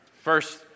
first